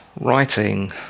writing